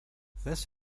this